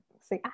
See